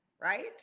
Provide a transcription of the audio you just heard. right